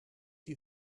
you